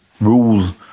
rules